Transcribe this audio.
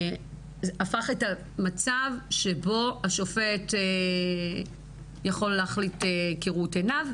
החוק הפך את המצב שבו השופט יכול להחליט כראות עיניו,